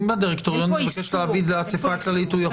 הדירקטוריון יבקש להביא לאספה הכללית הוא יכול?